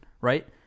right